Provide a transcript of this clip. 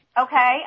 Okay